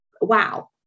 wow